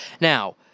Now